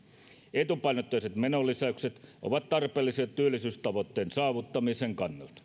etupainotteiset menolisäykset ovat tarpeellisia työllisyystavoitteen saavuttamisen kannalta